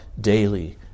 daily